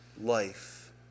life